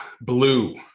Blue